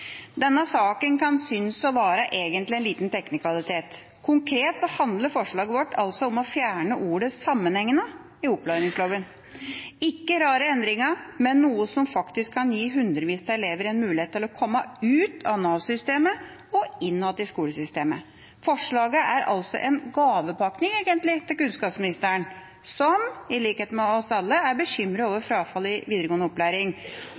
Denne saken kan egentlig synes å være en liten teknikalitet. Konkret handler forslaget vårt om å fjerne ordet «sammenhengende» i opplæringsloven – ikke rare endringa, men noe som faktisk kan gi hundrevis av elever en mulighet til å komme ut av Nav-systemet og inn igjen i skolesystemet. Forslaget er altså en gavepakke, egentlig, til kunnskapsministeren, som – i likhet med oss alle – er bekymret over frafallet i videregående opplæring,